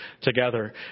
together